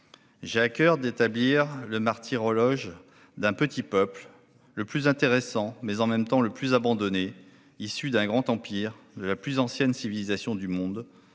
J'ai à coeur d'établir le martyrologe d'un petit peuple, le plus intéressant, mais en même temps le plus abandonné, issu d'un grand empire de la plus ancienne civilisation du monde,